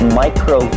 micro